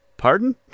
Pardon